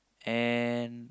and